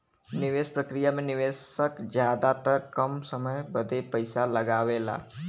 निवेस प्रक्रिया मे निवेशक जादातर कम समय बदे पइसा लगावेला